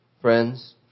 friends